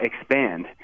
expand